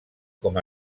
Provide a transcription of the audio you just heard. com